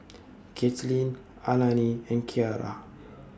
Katelynn Alani and Kiara